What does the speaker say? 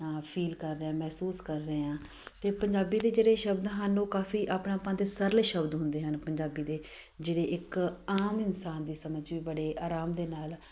feel ਕਰ ਰਹੇ ਹਾਂ ਮਹਿਸੂਸ ਕਰ ਰਹੇ ਹਾਂ ਅਤੇ ਪੰਜਾਬੀ ਦੇ ਜਿਹੜੇ ਸ਼ਬਦ ਹਨ ਉਹ ਕਾਫ਼ੀ ਆਪਣਾਪਨ ਅਤੇ ਸਰਲ ਸ਼ਬਦ ਹੁੰਦੇ ਹਨ ਪੰਜਾਬੀ ਦੇ ਜਿਹੜੇ ਇੱਕ ਆਮ ਇਨਸਾਨ ਦੀ ਸਮਝ 'ਚ ਵੀ ਬੜੇ ਆਰਾਮ ਦੇ ਨਾਲ਼